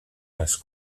las